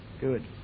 good